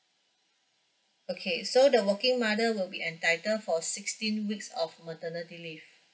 okay so the working mother will be entitled for sixteen weeks of maternity leave